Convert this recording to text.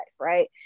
right